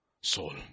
soul